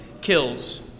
kills